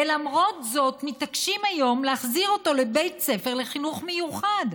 ולמרות זאת מתעקשים היום להחזיר אותו לבית ספר לחינוך מיוחד.